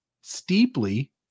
steeply